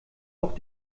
auch